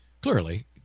clearly